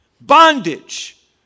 bondage